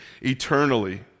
eternally